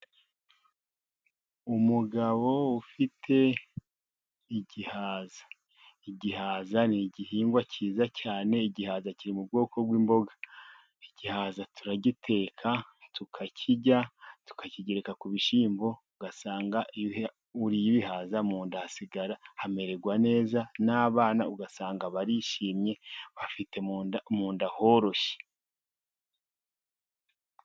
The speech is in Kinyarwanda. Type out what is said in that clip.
Umugabo ufite igihaza. Igihaza ni igihingwa cyiza cyane, igihaza kiri mu bwoko bw'imboga. Igihaza turagiteka tukakirya, tukakigereka ku bishyimbo, ugasanga iyo uriye ibihaza mu nda hasigara hamerewe neza n'abana ugasanga barishimye bafite mu nda horoshye.